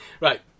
right